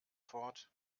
fort